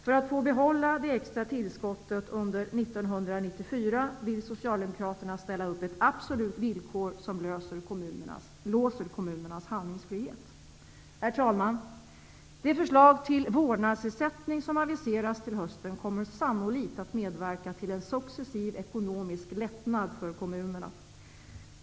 För att få behålla det extra tillskottet under 1994 vill Socialdemokraterna ställa upp ett absolut villkor som låser kommunernas handlingsfrihet. Herr talman! Det förslag till vårdnadsersättning som aviseras till hösten kommer sannolikt att medverka till en successiv ekonomisk lättnad för kommunerna.